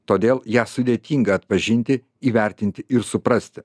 todėl ją sudėtinga atpažinti įvertinti ir suprasti